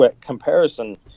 comparison